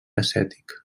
acètic